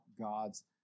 God's